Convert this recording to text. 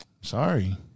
Sorry